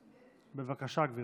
בבקשה, גברתי.